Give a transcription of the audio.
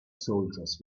soldiers